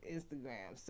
Instagram